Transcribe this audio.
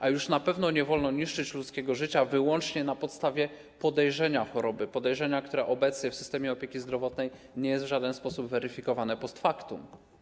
A już na pewno nie wolno niszczyć ludzkiego życia wyłącznie na podstawie podejrzenia choroby, podejrzenia, które obecnie w systemie opieki zdrowotnej nie jest w żaden sposób weryfikowane post factum.